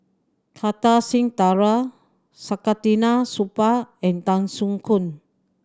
Kartar Singh Thakral Saktiandi Supaat and Tan Soo Khoon